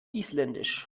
isländisch